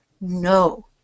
No